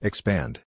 Expand